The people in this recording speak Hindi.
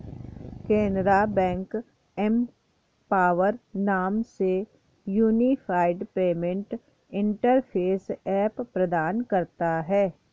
केनरा बैंक एम्पॉवर नाम से यूनिफाइड पेमेंट इंटरफेस ऐप प्रदान करता हैं